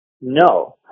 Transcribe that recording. no